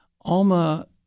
Alma